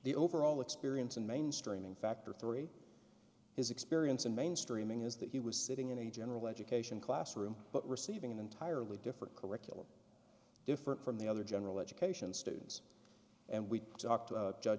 the overall experience and mainstreaming factor three his experience in mainstreaming is that he was sitting in a general education classroom but receiving an entirely different curricula different from the other general education students and we talked to judge